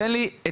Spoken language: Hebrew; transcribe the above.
תן לי עצה,